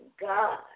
God